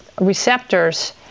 receptors